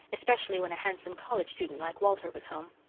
especially when a handsome college student like walter was home.